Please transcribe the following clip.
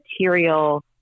material